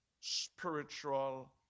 spiritual